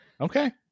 okay